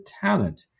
talent